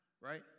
right